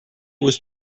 was